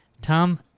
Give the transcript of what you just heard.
Tom